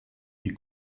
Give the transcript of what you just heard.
die